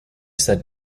said